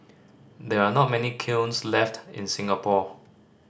there are not many kilns left in Singapore